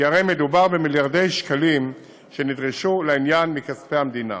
כי הרי מדובר במיליארדי שקלים שנדרשו לעניין מכספי המדינה.